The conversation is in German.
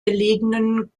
gelegenen